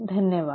धन्यवाद